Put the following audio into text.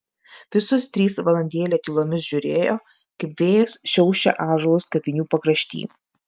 visos trys valandėlę tylomis žiūrėjo kaip vėjas šiaušia ąžuolus kapinių pakrašty